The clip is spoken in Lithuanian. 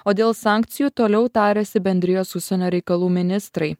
o dėl sankcijų toliau tariasi bendrijos užsienio reikalų ministrai